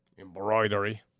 Embroidery